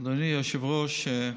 אדוני היושב-ראש,